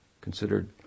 considered